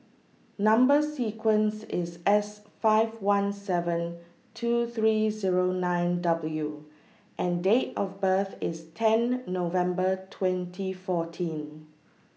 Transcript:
Number sequence IS S five one seven two three Zero nine W and Date of birth IS ten November twenty fourteen